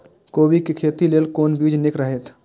कोबी के खेती लेल कोन बीज निक रहैत?